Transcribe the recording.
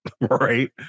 Right